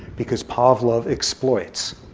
because pavlov exploits.